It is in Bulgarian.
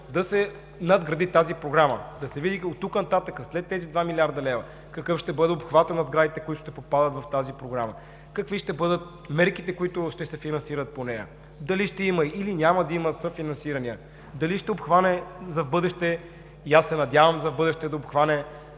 да се надгради тази Програма. Да се види от тук нататък след тези 2 млрд. лв. какъв ще бъде обхватът на сградите, които ще попадат в тази Програма, какви ще бъдат мерките, които ще се финансират по нея, дали ще има, или няма да има съфинасирания, дали ще обхване, и аз се надявам в бъдеще да обхване